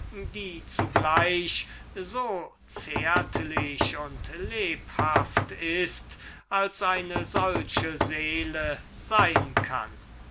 welche zugleich so zärtlich und lebhaft ist als eine solche seele sein kann